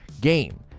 game